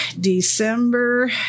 December